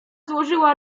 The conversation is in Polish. złożyła